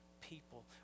people